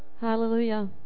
Hallelujah